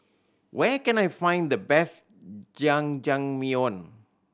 where can I find the best Jajangmyeon